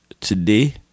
today